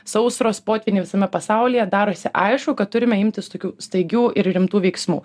sausros potvyniai visame pasaulyje darosi aišku kad turime imtis tokių staigių ir rimtų veiksmų